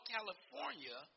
California